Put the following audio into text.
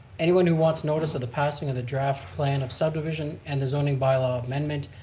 anyone who wants notice of the passing of the draft plan of subdivision and the zoning bylaw amendment,